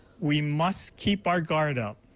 we must keep our guard up.